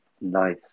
nice